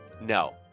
no